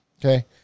Okay